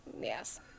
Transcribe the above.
Yes